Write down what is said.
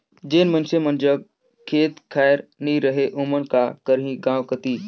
जेन मइनसे मन जग खेत खाएर नी रहें ओमन का करहीं गाँव कती